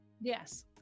yes